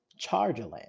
Chargerland